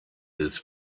his